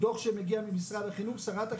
דוח שמגיע ממשרד החינוך, שרת החינוך.